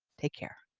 take care.